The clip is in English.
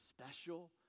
special